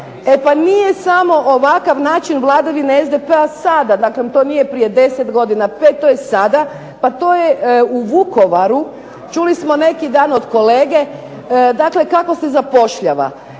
E pa nije samo ovakav način vladavine SDP-a sada, dakle to nije prije 10 godina, 5, to je sada, pa to je u Vukovaru, čuli smo neki dan od kolege, dakle kako se zapošljava.